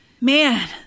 man